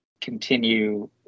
continue